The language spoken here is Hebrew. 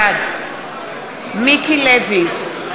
בעד מיקי לוי,